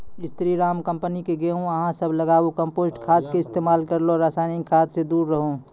स्री Ram company के गेहूँ अहाँ सब लगाबु कम्पोस्ट खाद के इस्तेमाल करहो रासायनिक खाद से दूर रहूँ?